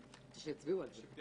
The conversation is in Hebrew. שיצביעו על זה.